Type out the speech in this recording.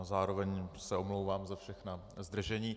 Zároveň se omlouvám za všechna zdržení.